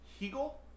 Hegel